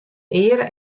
eare